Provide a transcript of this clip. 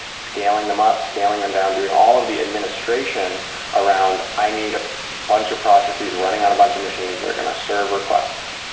scaling them up, scaling them down. doing all of the administration around i need a bunch of processes running on a bunch of machines that are going to serve requests.